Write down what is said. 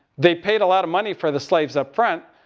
they paid a lot of money for the slaves up front.